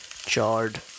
charred